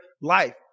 life